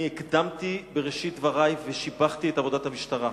אני הקדמתי בראשית דברי ושיבחתי את עבודת המשטרה.